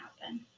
happen